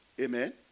Amen